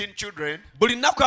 children